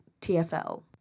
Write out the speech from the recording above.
TFL